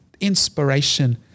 inspiration